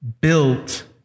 built